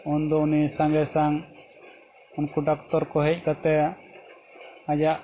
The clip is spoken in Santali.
ᱩᱱ ᱫᱚ ᱩᱱᱤ ᱥᱟᱸᱜᱮ ᱥᱚᱝ ᱩᱱᱠᱩ ᱰᱟᱠᱛᱚᱨ ᱠᱚ ᱦᱮᱡ ᱠᱟᱛᱮ ᱟᱡᱟᱜ